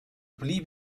blieb